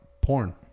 porn